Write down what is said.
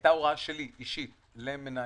היתה הוראה שלי אישית למנהלים.